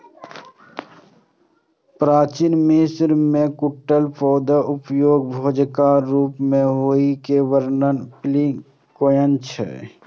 प्राचीन मिस्र मे जूटक पौधाक उपयोग भोजनक रूप मे होइ के वर्णन प्लिनी कयने छै